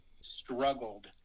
struggled